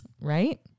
Right